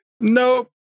Nope